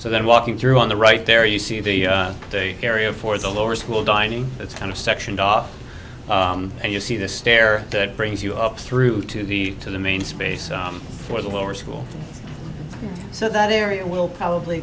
so then walking through on the right there you see the day area for the lower school dining it's kind of sectioned off and you see the stair that brings you up through to the to the main space for the lower school so that area will probably